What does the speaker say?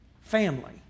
family